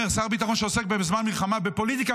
אני אומר: שר ביטחון שעוסק בזמן מלחמה בפוליטיקה,